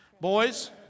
Boys